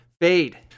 Fade